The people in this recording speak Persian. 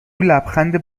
لبخند